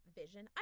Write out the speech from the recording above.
vision